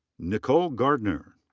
nicole garner.